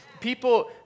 People